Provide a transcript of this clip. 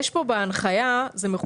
כן.